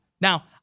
Now